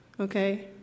okay